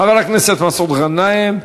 חבר הכנסת מסעוד גנאים.